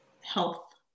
health